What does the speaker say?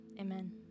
Amen